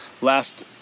last